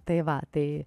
tai va tai